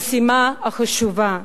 המשימה החשובה